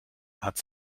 hat